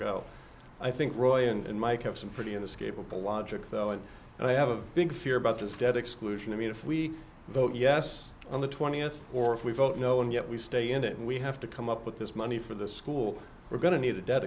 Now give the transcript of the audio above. go i think roy and mike have some pretty in this capable logic though and they have a big fear about this debt exclusion i mean if we vote yes on the twentieth or if we vote no and yet we stay in it and we have to come up with this money for the school we're going to need a de